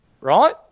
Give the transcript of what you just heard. Right